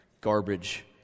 garbage